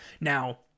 Now